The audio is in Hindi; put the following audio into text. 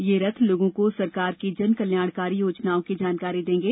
यह रथ लोगों को सरकार की जन कल्याणकारी योजनाओं की जानकारी देंगे